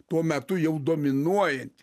tuo metu jau dominuojanti